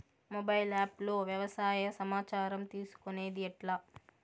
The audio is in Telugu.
మొబైల్ ఆప్ లో వ్యవసాయ సమాచారం తీసుకొనేది ఎట్లా?